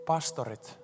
Pastorit